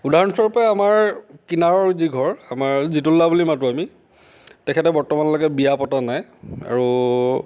উদাহৰণস্বৰূপে আমাৰ কিনাৰৰ যি ঘৰ আমাৰ জিতুলদা বুলি মাতো আমি তেখেতৰ বৰ্তমানলৈকে বিয়া পতা নাই আৰু